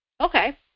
Okay